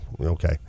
okay